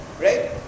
right